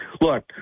look